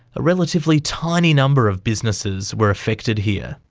a relatively tiny number of businesses were affected here.